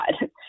God